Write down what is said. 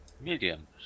Medium